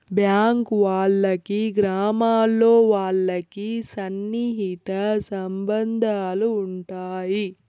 bank వాళ్ళకి గ్రామాల్లో వాళ్ళకి సన్నిహిత సంబంధాలు ఉంటాయి